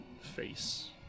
face